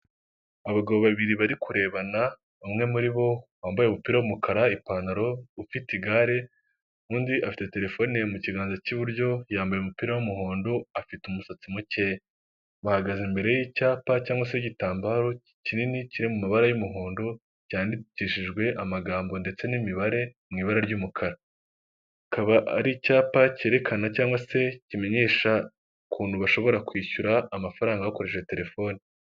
Abagabo babiri bari kurebana bamwe umwe muri bo wambaye umupira w'umukara ipantaro ufite igare undi afite telefone mu kiganza cy'iburyo yambaye umupira w'umuhondo afite umusatsi muke, bahagaze imbere y'icyapa cyangwa se igitambaro kinini kiri mu mabara y'umuhondo cyandikishijwe amagambo ndetse n'imibare mu ibara ry'umukara akaba ari icyapa cyerekana cyangwa se kimenyesha ukuntu bashobora kwishyura amafaranga bakoresheje telefone.